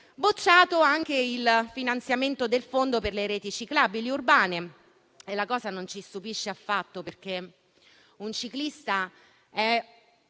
Bocciato anche il finanziamento del fondo per le reti ciclabili urbane: la cosa non ci stupisce affatto, perché un ciclista è